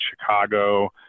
Chicago